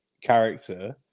character